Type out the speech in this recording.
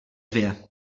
dvě